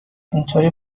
اینطوری